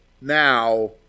now